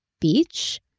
beach